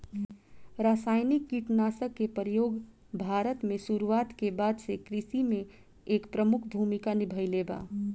रासायनिक कीटनाशक के प्रयोग भारत में शुरुआत के बाद से कृषि में एक प्रमुख भूमिका निभाइले बा